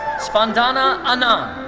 spandana and